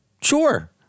Sure